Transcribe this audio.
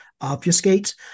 obfuscate